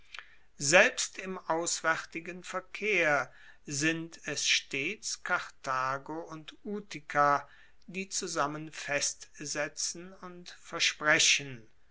selbst im auswaertigen verkehr sind es stets karthago und utica die zusammen festsetzen und versprechen